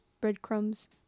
breadcrumbs